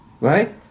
Right